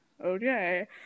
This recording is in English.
okay